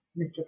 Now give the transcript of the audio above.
Mr